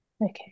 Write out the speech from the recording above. Okay